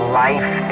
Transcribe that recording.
life